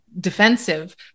defensive